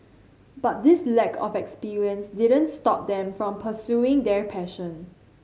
but this lack of experience didn't stop them from pursuing their passion